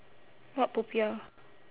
what popiah